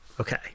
Okay